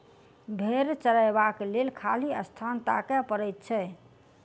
भेंड़ चरयबाक लेल खाली स्थान ताकय पड़ैत छै